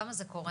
כמה זה קורה?